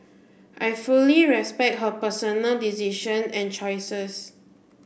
I fully respect her personal decision and choices